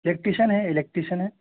electrician ہے الیکٹیشن ہے